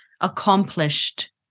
accomplished